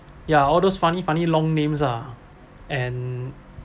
ya all those funny funny long names ah and